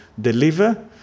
deliver